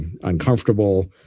uncomfortable